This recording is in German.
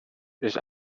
ist